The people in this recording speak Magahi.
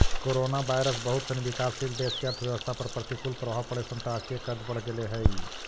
कोरोनावायरस बहुत सनी विकासशील देश के अर्थव्यवस्था पर प्रतिकूल प्रभाव पड़े से अंतर्राष्ट्रीय कर्ज बढ़ गेले हई